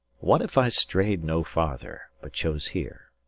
what if i stray'd no farther, but chose here?